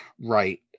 Right